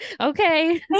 okay